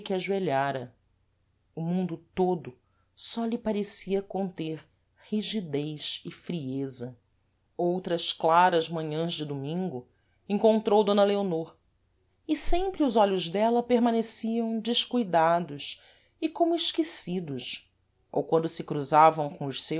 ajoelhara o mundo todo só lhe parecia conter rigidez e frieza outras claras manhãs de domingo encontrou d leonor e sempre os olhos dela permaneciam descuidados e como esquecidos ou quando se cruzavam com os